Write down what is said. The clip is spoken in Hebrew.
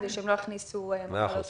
כדי שהם לא יכניסו מחלות פנימה.